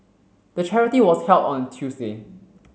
the charity was held on a Tuesday